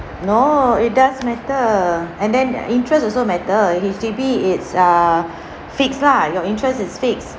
no it does matter and then uh interest also matter H_D_B it's err fixed lah your interests is fixed